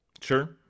Sure